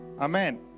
Amen